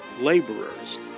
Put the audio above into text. laborers